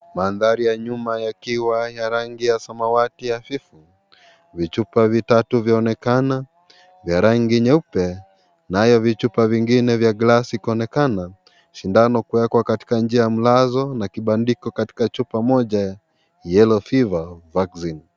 Mandhari ya nyuma ya kiwa ya rangi ya samawati afifu, vichupa vitatu vyonekana vya rangi nyeupe, nayo vichupa vingine vya glasi kaonekana, shindano kuwekwa katika njia mlazo na kibandiko katika chupa moja ya (CS)yellow fever vaccine(CS).